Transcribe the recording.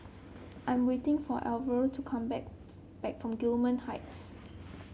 I am waiting for Alver to come back back from Gillman Heights